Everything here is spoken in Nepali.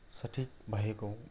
सठिक भएको